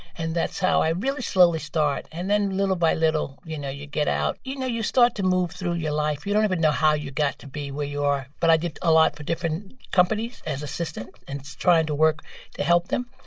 and that's how i really slowly start. and then little by little, you know, you get out. you know, you start to move through your life, you don't even know how you got to be where you are but i did a lot for different companies as assistant and trying to work to help them.